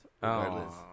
Regardless